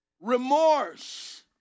Remorse